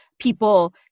people